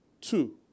Two